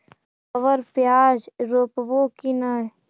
अबर प्याज रोप्बो की नय?